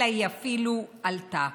אלא היא אפילו עלתה.